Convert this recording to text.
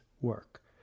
work